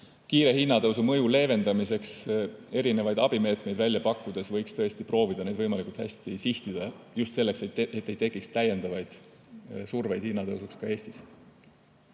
kiire hinnatõusu mõju leevendamiseks abimeetmeid välja pakkudes võiks tõesti proovida neid võimalikult hästi sihtida, just selleks, et Eestis ei tekiks täiendavat survet hinnatõusuks. Aitäh